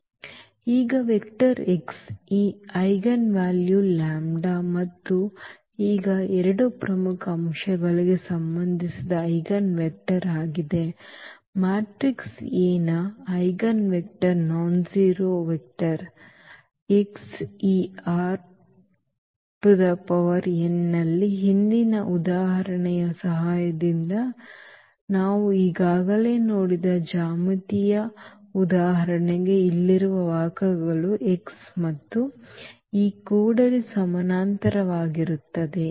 ಈಗ vector x ಈ eigenvalue lambda ಮತ್ತು ಈಗ ಎರಡು ಪ್ರಮುಖ ಅಂಶಗಳಿಗೆ ಸಂಬಂಧಿಸಿದ ಐಜೆನ್ವೆಕ್ಟರ್ ಆಗಿದೆ ಮ್ಯಾಟ್ರಿಕ್ಸ್ A ಯ ಐಜೆನ್ವೆಕ್ಟರ್ ನಾನ್ಜೆರೋ ವೆಕ್ಟರ್ x ಈ ಆರ್n ನಲ್ಲಿ ಹಿಂದಿನ ಉದಾಹರಣೆಯ ಸಹಾಯದಿಂದ ನಾವು ಈಗಾಗಲೇ ನೋಡಿದ ಜ್ಯಾಮಿತೀಯವಾಗಿ ಉದಾಹರಣೆಗೆ ಇಲ್ಲಿರುವ ವಾಹಕಗಳು x ಮತ್ತು ಈ ಕೊಡಲಿ ಸಮಾನಾಂತರವಾಗಿರುತ್ತವೆ